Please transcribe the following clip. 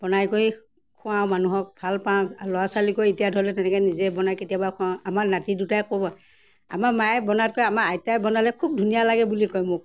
বনাই কৰি খোৱাওঁ মানুহক ভাল পাওঁ ল'ৰা ছোৱালী কৰি এতিয়া ধৰি ল তেনেকৈ নিজে বনায় কেতিয়াবা খোৱাাওঁ আমাৰ নাতি দুটাই ক'ব আমাৰ মায়ে বনোৱাতকৈ আমাৰ আইতাই বনালে খুব ধুনীয়া লাগে বুলি কয় মোক